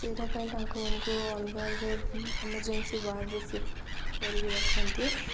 ସେଇଟା ପାଇଁ ତାଙ୍କମାନଙ୍କୁ ଅଲଗାରେ ଏମର୍ଜେନ୍ସି ୱାର୍ଡ଼ରେ ସେଟ୍ କରିକି ରଖନ୍ତି